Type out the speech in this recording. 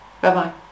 bye-bye